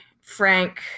Frank